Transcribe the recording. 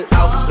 out